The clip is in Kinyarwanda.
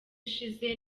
ishize